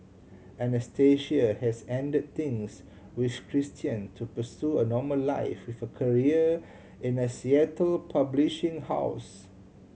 Anastasia has end things with Christian to pursue a normal life with a career in a Seattle publishing house